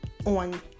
on